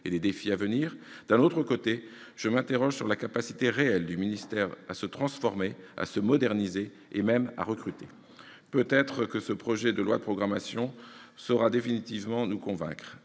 et des défis à venir ; d'un autre côté, je m'interroge sur la capacité réelle du ministère à se transformer, à se moderniser et même à recruter. Peut-être votre projet de loi de programmation saura-t-il définitivement nous convaincre